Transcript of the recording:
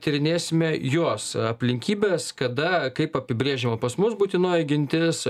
tyrinėsime jos aplinkybes kada kaip apibrėžiama pas mus būtinoji gintis